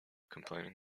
complaining